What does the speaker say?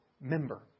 member